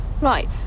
right